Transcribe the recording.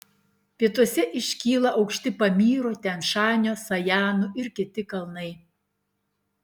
pietuose iškyla aukšti pamyro tian šanio sajanų ir kiti kalnai